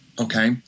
okay